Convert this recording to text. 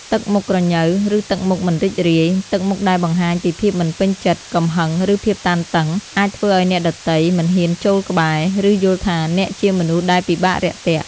ទឹកមុខក្រញ៉ូវ ឬទឹកមុខមិនរីករាយ ទឹកមុខដែលបង្ហាញពីភាពមិនពេញចិត្ត កំហឹង ឬភាពតានតឹង អាចធ្វើឲ្យអ្នកដទៃមិនហ៊ានចូលក្បែរ ឬយល់ថាអ្នកជាមនុស្សដែលពិបាករាក់ទាក់។